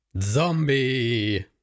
Zombie